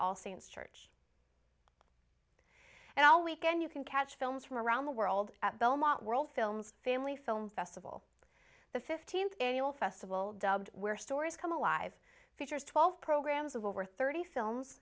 all saints church and all weekend you can catch films from around the world at belmont world films family film festival the fifteenth annual festival dubbed we're stories come alive features twelve programs of over thirty films